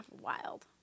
wild